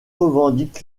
revendique